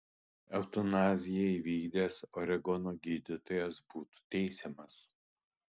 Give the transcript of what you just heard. eutanaziją įvykdęs oregono gydytojas būtų teisiamas